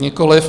Nikoliv.